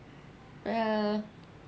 well